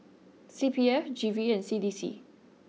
C P F G V and C D C